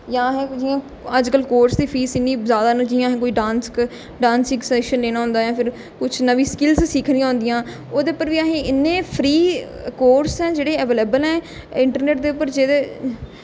जां असें जियां अज्जकल कोर्स दी फीस इन्नी ज्यादा न जियां असें कोई डांस क डांसिंग सैशन लैना होंदा जा फिर कुछ नमीं स्किलस सिक्खनी होंदियां ओह्दे उप्पर बी असें इन्ने फ्री कोर्स ऐ जेह्ड़ी अवेलेवल ऐ इंटरनेट दे उप्पर जेह्ड़े